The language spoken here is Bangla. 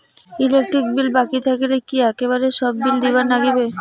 ইলেকট্রিক বিল বাকি থাকিলে কি একেবারে সব বিলে দিবার নাগিবে?